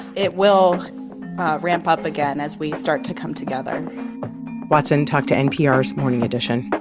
it will ramp up again as we start to come together watson talked to npr's morning edition